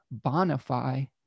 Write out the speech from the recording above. bonify